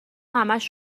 همش